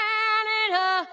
Canada